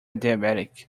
diabetic